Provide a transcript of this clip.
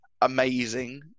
amazing